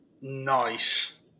nice